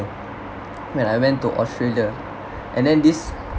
when I went to australia and then this